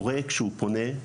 כשהורה פונה,